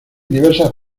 diversas